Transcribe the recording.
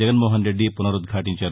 Jaganmohan Reddy పునరుద్భాటించారు